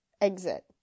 Exit